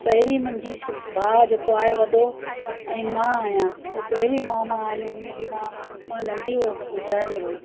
पहिरीं मुंहिंजो भाउ जेको आहे वॾो ऐं मां आहियां उहो पहिरीं मा मा आहियूं मुंहिंजी माउ मां नंढी हुअसि गुज़ारे वेई